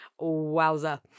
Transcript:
Wowza